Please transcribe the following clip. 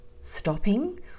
stopping